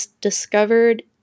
discovered